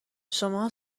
شماها